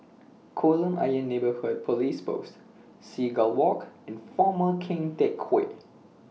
Kolam Ayer Neighbourhood Police Post Seagull Walk and Former Keng Teck Whay